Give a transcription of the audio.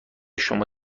شما